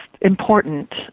important